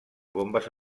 bombes